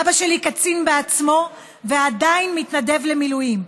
אבא שלי, קצין בעצמו ועדיין מתנדב למילואים,